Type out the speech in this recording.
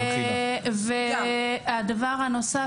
הדבר הנוסף,